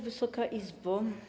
Wysoka Izbo!